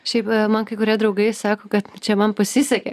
šiaip man kai kurie draugai sako kad čia man pasisekė